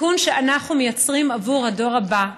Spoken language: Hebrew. תיקון שאנחנו מייצרים עבור הדור הבא,